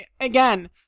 again